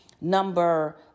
Number